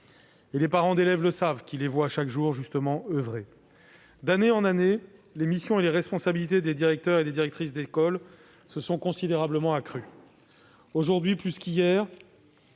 Les parents d'élèves le savent, qui les voient agir au quotidien. D'année en année, les missions et les responsabilités des directrices et directeurs d'école se sont considérablement accrues. Aujourd'hui plus qu'hier,